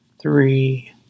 Three